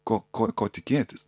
ko ko ko tikėtis